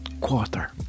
quarter